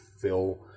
fill